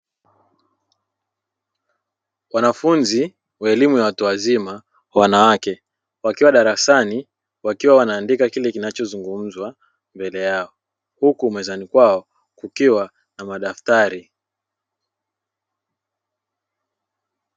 Wanafunzi wa elimu ya watu wazima wanawake wakiwa darasani wakiandika kile kina chozungumzwa mbele yao huku mezani kwako kukiwa na madaftari.